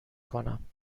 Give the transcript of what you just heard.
کنم